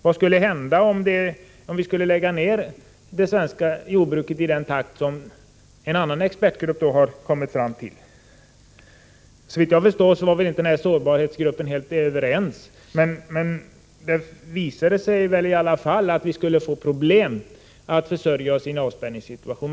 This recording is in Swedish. Vad skulle hända om vi skulle lägga ned det svenska jordbruket i den takt som en annan expertgrupp har kommit fram till? Såvitt jag vet var inte sårbarhetsgruppen helt överens, men det visade sig i alla fall att vi skulle få problem att försörja oss i en avspänningssituation.